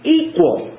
equal